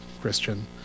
Christian